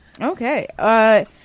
Okay